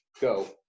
Go